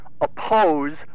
oppose